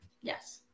Yes